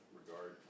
regard